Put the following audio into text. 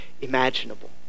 imaginable